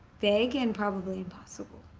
vague and probably impossible.